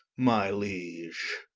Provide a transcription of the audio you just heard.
my liege